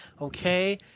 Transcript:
okay